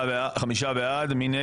חוק ומשפט והוועדה לביטחון לאומי לדיון